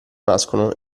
nascono